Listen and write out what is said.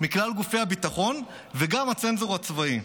מכלל גופי הביטחון וגם מהצנזור הצבאי,